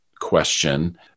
question